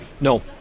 No